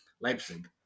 Leipzig